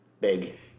big